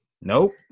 Nope